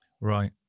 Right